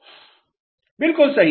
छात्र बिल्कुल सही